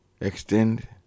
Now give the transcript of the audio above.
extend